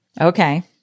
Okay